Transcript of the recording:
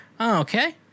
okay